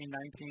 19